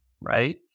right